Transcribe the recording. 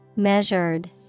measured